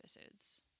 episodes